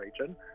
region